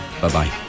Bye-bye